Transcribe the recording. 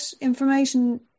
information